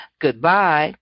goodbye